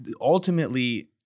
ultimately